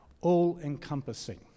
all-encompassing